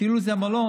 כאילו זה מלון.